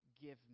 give